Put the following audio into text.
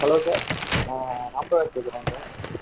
hello sir நான் ராம்குமார் பேசுகிறேன் sir